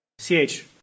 CH